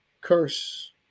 curse